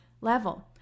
level